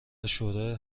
شوری